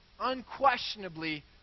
unquestionably